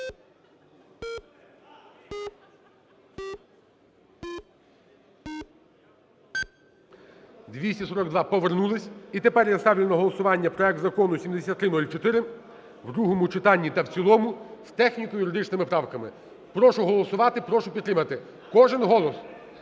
242. Повернулись. І тепер я ставлю на голосування проект Закону 7304 в другому читанні та в цілому з техніко-юридичними правками. Прошу голосувати, прошу підтримати, кожен голос,